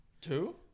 Two